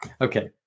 Okay